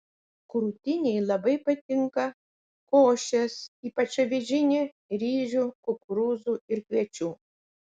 krūtinei labai patinka košės ypač avižinė ryžių kukurūzų ir kviečių